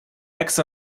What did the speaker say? axe